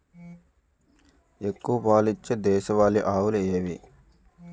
ఎక్కువ పాలు ఇచ్చే దేశవాళీ ఆవులు ఏవి?